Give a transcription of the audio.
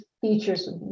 features